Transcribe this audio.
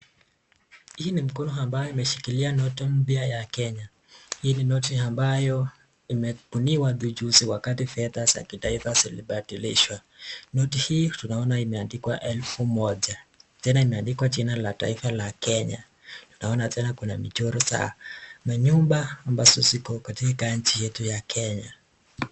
Hii ni mkono ambayo imeshikilia noti mpya ya Kenya. Hii ni noti ambayo imebuniwa tu juzi wakati fedha za kitaifa zilibadilishwa. Noti hii tunaona imeandikwa elfu moja tena imeandikwa jina la taifa la Kenya. Tunaona tena kuna michoro za manyumba ambazo ziko katika inchi yetu ya Kenya.